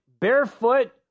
barefoot